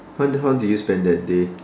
how how do you spend that day